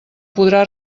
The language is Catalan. podrà